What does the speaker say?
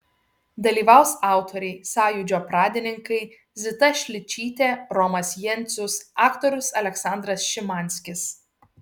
dalyvaus autoriai sąjūdžio pradininkai zita šličytė romas jencius aktorius aleksandras šimanskis